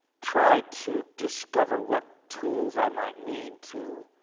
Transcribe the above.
try to discover what tools i might need to